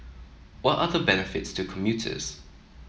what are the benefits to commuters